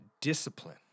discipline